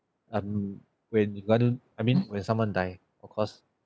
um when why don't I mean when someone die of course